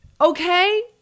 Okay